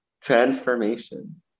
Transformation